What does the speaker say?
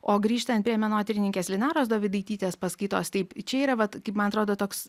o grįžtant prie menotyrininkės linaros dovidaitytės paskaitos taip čia yra vat kaip man atrodo toks